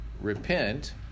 Repent